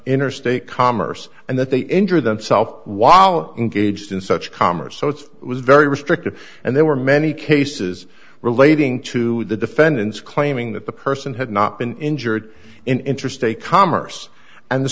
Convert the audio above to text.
interstate commerce and that they injure themselves while engaged in such commerce so it's was very restrictive and there were many cases relating to the defendants claiming that the person had not been injured in interstate commerce and the